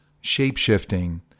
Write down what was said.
shape-shifting